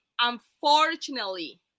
unfortunately